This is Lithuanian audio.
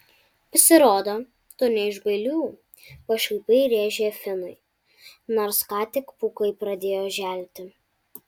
pasirodo tu ne iš bailiųjų pašaipiai rėžė finui nors ką tik pūkai pradėjo želti